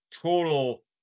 total